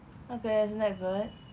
okay isn't that good